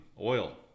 oil